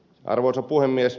arvoisa puhemies